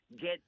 get